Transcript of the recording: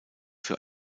für